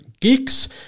geeks